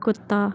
कुत्ता